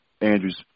Andrews